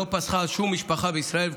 שלא פסחה על שום משפחה בישראל,